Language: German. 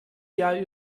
jahr